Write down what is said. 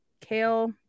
Kale